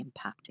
impacting